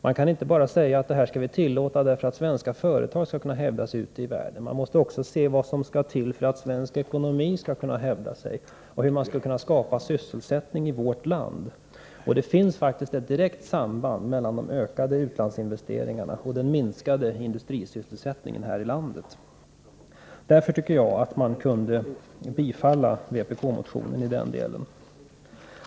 Man kan inte bara säga att det här skall vi tillåta därför att svenska företag skall kunna hävda sig ute i världen. Vi måste kunna skapa sysselsättning i vårt land. Det finns faktiskt ett direkt samband mellan de ökade utlandsinvesteringarna och den minskade industrisysselsättningen här i landet. Därför tycker jag att man kunde bifalla vpk-motionen i denna del.